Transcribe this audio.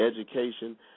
education